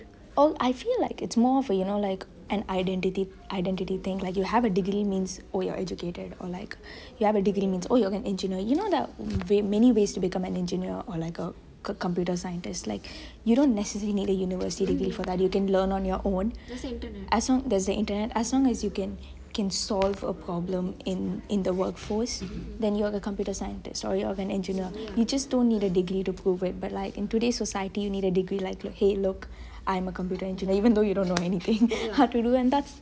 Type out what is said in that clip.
I feel like it's more of like an identity identity thing like youu have a degree means oh you are educated or like you have a degree means you are an engineer you know there are many ways to become an engineer or computer scientist you don't necessarily need a university degree for that you can learn on your own there's the internet as long as you can solve a problem in the workforce then you are a computer scientist or you are a engineer you just don't need a degree to prove it but like in today's society you need a degree like !hey! look I'm a computer engineer even though you don't know anything that's that's